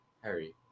Harry